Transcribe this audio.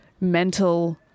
mental